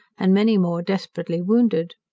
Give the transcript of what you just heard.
and many more desperately wounded.